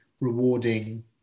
rewarding